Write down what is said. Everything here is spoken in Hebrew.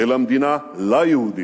אלא מדינה ליהודים,